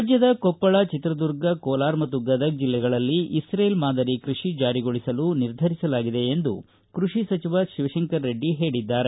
ರಾಜ್ಟದ ಕೊಪ್ಪಳ ಚಿತ್ರದುರ್ಗ ಕೋಲಾರ ಮತ್ತು ಗದಗ ಜಿಲ್ಲೆಗಳಲ್ಲಿ ಇಕ್ರೇಲ್ ಮಾದರಿ ಕೃಷಿ ಜಾರಿಗೊಳಿಸಲು ನಿರ್ಧರಿಸಿದೆ ಎಂದು ಕೃಷಿ ಸಚಿವ ಶಿವಶಂಕರರೆಡ್ಡಿ ಹೇಳಿದ್ದಾರೆ